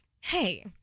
hey